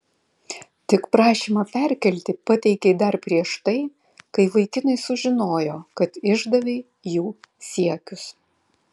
tik prašymą perkelti pateikei dar prieš tai kai vaikinai sužinojo kad išdavei jų siekius